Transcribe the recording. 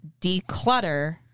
declutter